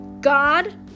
God